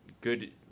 good